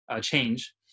change